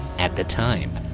at the time,